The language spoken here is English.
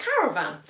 caravan